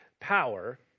power